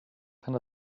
kann